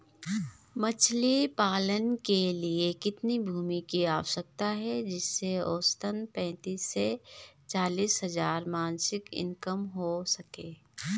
मछली पालन के लिए कितनी भूमि की आवश्यकता है जिससे औसतन पैंतीस से चालीस हज़ार मासिक इनकम हो सके?